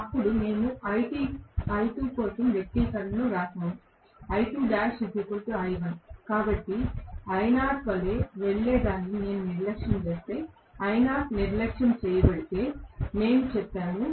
అప్పుడు మేము I2 కోసం వ్యక్తీకరణను వ్రాసాము కాబట్టి I0 వలె వెళ్ళేదాన్ని నేను నిర్లక్ష్యం చేస్తే I0 నిర్లక్ష్యం చేయబడితే మేము చెప్పాము